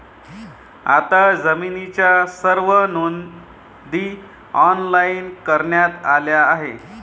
आता जमिनीच्या सर्व नोंदी ऑनलाइन करण्यात आल्या आहेत